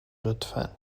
لطفا